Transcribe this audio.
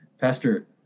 Pastor